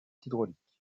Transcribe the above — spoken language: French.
hydraulique